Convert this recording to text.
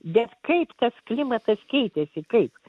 bet kaip tas klimatas keitėsi kaip